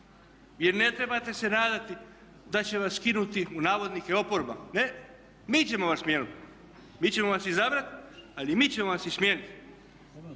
jer ne trebate se nadati da će vas skinuti "oporba". Ne, mi ćemo vas smijeniti. Mi ćemo vas izabrati, ali mi ćemo vas i smijeniti.